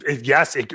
Yes